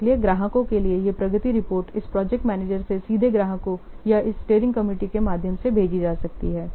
इसलिए ग्राहकों के लिए ये प्रगति रिपोर्ट इस प्रोजेक्ट मैनेजर से सीधे ग्राहकों को या इस स्टीयरिंग कमिटी के माध्यम से भेजी जा सकती है